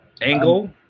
Angle